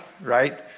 right